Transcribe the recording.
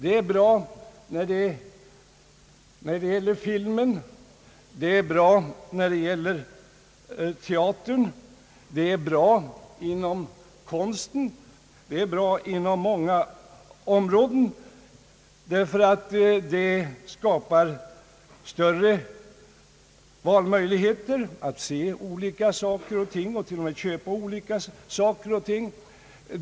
Det är bra när det gäller filmen, det är bra när det gäller teatern, det är bra inom konsten, det är bra inom många områden, ty det skapar större valmöjligheter att se olika saker och ting och t.o.m. köpa olika saker och ting.